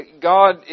God